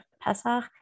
Pesach